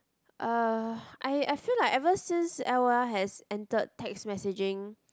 uh I I feel like ever since L_O_L has entered text messaging